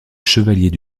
chevaliers